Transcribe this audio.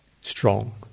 strong